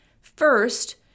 First